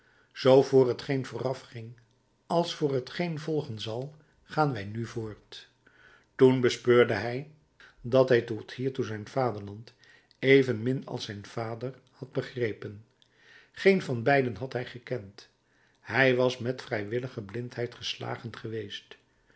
zoo voor hetgeen voorafging als voor t geen volgen zal gaan wij nu voort toen bespeurde hij dat hij tot hiertoe zijn vaderland evenmin als zijn vader had begrepen geen van beiden had hij gekend hij was met vrijwillige blindheid geslagen geweest